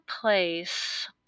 place